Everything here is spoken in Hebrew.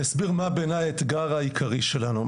אסביר מה בעיני האתגר העיקרי שלנו.